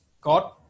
God